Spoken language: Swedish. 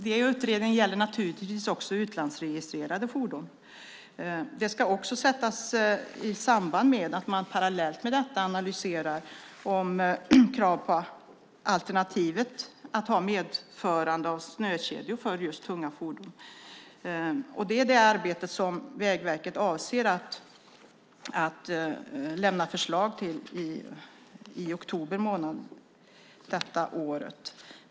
Den utredningen gäller naturligtvis också utlandsregistrerade fordon. Det ska också sättas i samband med att man parallellt med detta analyserar krav på alternativet, medförande av snökedjor för tunga fordon. Det är det arbete som Vägverket avser att lämna förslag till i oktober månad detta år.